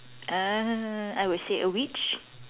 ah I would say a witch